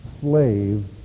slave